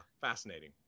fascinating